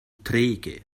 träge